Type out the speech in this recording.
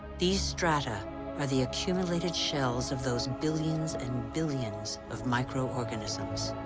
these strata are the accumulated shells of those billions and billions of micro-organisms.